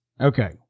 okay